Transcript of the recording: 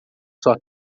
sua